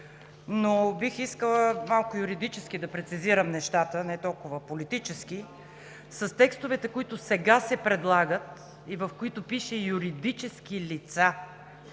но бих искала юридически малко да прецизирам нещата не толкова политически. С текстовете, които сега се предлагат и в които пише „юридически лица“,